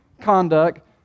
conduct